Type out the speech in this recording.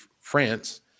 France